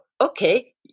Okay